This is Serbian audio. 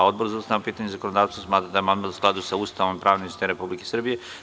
Odbor za ustavna pitanja i zakonodavstvo smatra da je amandman u skladu sa Ustavom i pravnim sistemom Republike Srbije.